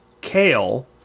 kale